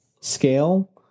scale